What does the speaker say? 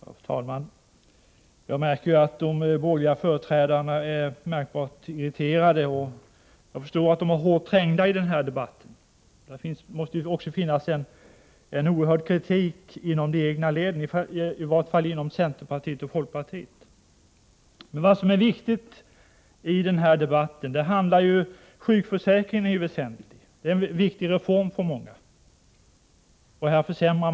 Fru talman! Jag märker att de borgerliga företrädarna är irriterade, och jag förstår att de är hårt trängda i den här debatten. Det måste också finnas en oerhörd kritik inom de egna leden, i varje fall inom centern och folkpartiet. Jag vill ta upp några saker som är viktiga i den här debatten. Sjukförsäkringen är väsentlig. Det är en viktig reform för många. Denna reform vill de borgerliga försämra.